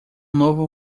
novo